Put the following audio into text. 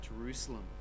Jerusalem